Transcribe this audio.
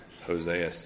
Hosea